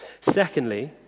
Secondly